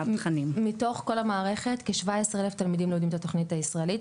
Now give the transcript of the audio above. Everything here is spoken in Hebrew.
מתוך כל המערכת כ-17,000 תלמידים לומדים את התכנית הישראלית,